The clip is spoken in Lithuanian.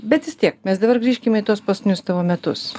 bet vis tiek mes dabar grįžkime į tuos paskutinius tavo metus